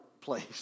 place